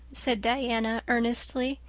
said diana earnestly,